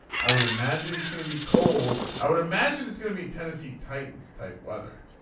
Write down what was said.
i would imagine it's going to be cold. i would imagine it's going to be tennessee titans type weather.